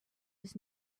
his